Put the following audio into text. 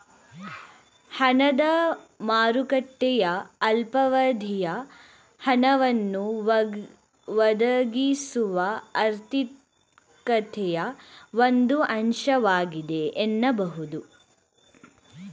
ಹಣದ ಮಾರುಕಟ್ಟೆಯು ಅಲ್ಪಾವಧಿಯ ಹಣವನ್ನ ಒದಗಿಸುವ ಆರ್ಥಿಕತೆಯ ಒಂದು ಅಂಶವಾಗಿದೆ ಎನ್ನಬಹುದು